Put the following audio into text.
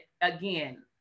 again